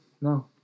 no